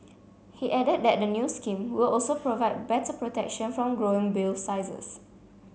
he added that the new scheme will also provide better protection from growing bill sizes